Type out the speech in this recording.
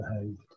behaved